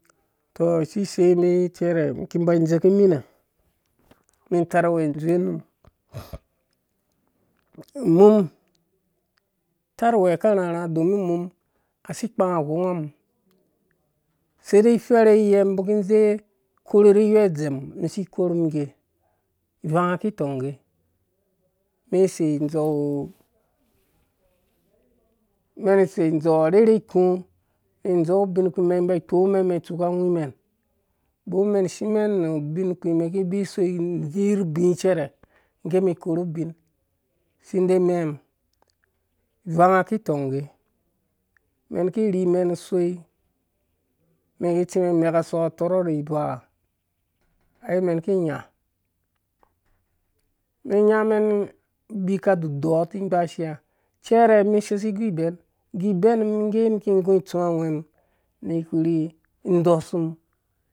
Tɔh sisei mɛn cɛrɛ ki ba dzeki mine mi tash uwɛ dzowe unum mum tarh wɛ ka rharha domin mum asi kpang awhonga mum sedia ifɛrɛ yiyɛ mum ki dzɛ korhe ri gwhɛdzɛm mi si de korhem ngge vanga ki tong ngga men sei dzɛu mɛn sei dzɛu arherhe ku nu dzɛu ubin kuma ba ikomɛn mɛn itsuka awi mɛn don mɛn shimɛn itsuka awi mɛn don mɛn shimɛn nu ubinkpi mɛn ki ibvui so inirubi cɛrɛ ngge mi korhu ubin si de imɛmum ivanga ki tong ngge mɛn ki rhi mɛn usoi mɛn ki tsimɛn imɛka soka tɔrɔk na avaa ai mɛn ki nya mɛn nyamɛn abika dudɔrh ni gbashea cɛrɛ mi sei si igu ibɛn igu bɛn mum ngge mum ki gu itsuwa a gohɛmum nu furhi ido sumum,